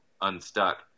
unstuck